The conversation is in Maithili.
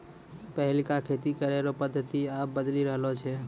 पैहिला खेती करै रो पद्धति आब बदली रहलो छै